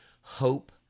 Hope